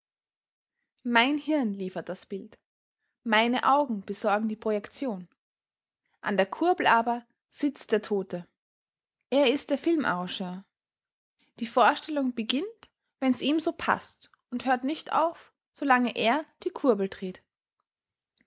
mein hirn liefert das bild meine augen besorgen die projektion an der kurbel aber sitzt der tote er ist der filmarrangeur die vorstellung beginnt wenn's ihm so paßt und hört nicht auf so lange er die kurbel dreht